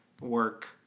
work